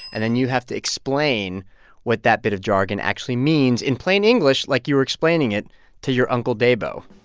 and then you have to explain what that bit of jargon actually means, in plain english, like you were explaining it to your uncle dabo.